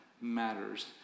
matters